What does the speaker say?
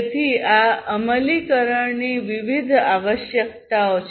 તેથી આ અમલીકરણની વિવિધ આવશ્યકતાઓ છે